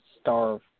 starve